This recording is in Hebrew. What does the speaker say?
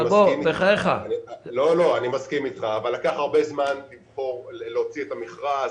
אני מסכים אתך אבל לקח הרבה זמן להוציא את המכרז.